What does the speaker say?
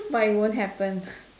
but it won't happen